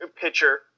pitcher